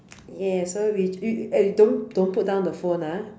yeah so we ju~ eh don't don't put down the phone ah